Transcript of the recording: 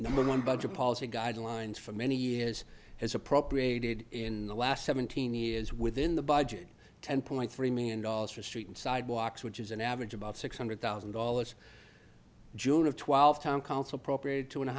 number one budget policy guidelines for many years has appropriated in the last seventeen years within the budget ten point three million dollars for street and sidewalks which is an average about six hundred thousand dollars june of twelve town council appropriated two and a